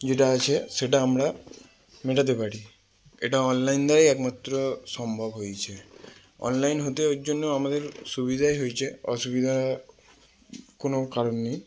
যেটা আছে সেটা আমরা মেটাতে পারি এটা অনলাইন দ্বারাই একমাত্র সম্ভব হয়েছে অনলাইন হতে ওই জন্য আমাদের সুবিধাই হয়েছে অসুবিধার কোনো কারণ নেই